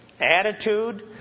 attitude